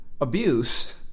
abuse